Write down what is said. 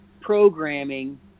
programming